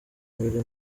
mbere